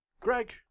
Greg